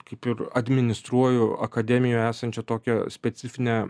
kaip ir administruoju akademijoje esančią tokią specifinę